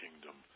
kingdom